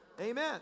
Amen